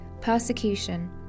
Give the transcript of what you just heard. persecution